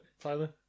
Tyler